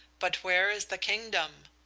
but where is the kingdom?